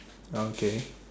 ah okay